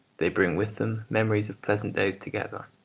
they bring with them memories of pleasant days together.